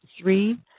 three